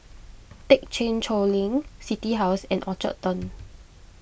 thekchen Choling City House and Orchard Turn